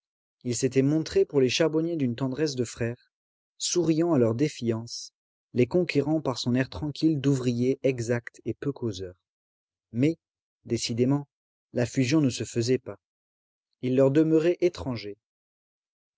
il s'était montré pour les charbonniers d'une tendresse de frère souriant à leur défiance les conquérant par son air tranquille d'ouvrier exact et peu causeur mais décidément la fusion ne se faisait pas il leur demeurait étranger